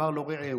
אמר לו רעהו,